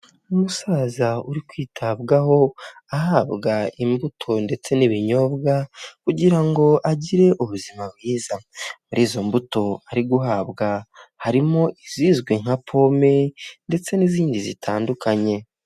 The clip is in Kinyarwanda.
Umusaza uri kwitabwaho ahabwa imbuto ndetse n'ibinyobwa kugira ngo agire ubuzima bwiza. Muri izo mbuto ari guhabwa harimo izizwi nka pome ndetse n'izindi zitandukanye.